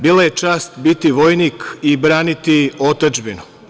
Bila je čast biti vojnik i braniti otadžbinu.